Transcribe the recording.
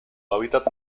hábitat